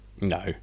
no